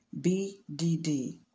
BDD